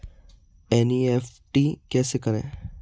NEFT कैसे करें?